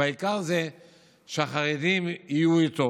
והעיקר זה שהחרדים יהיו איתו.